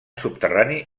subterrani